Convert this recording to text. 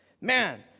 Man